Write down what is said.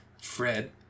Fred